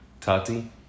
Tati